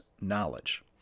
knowledge